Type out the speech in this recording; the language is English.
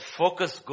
focus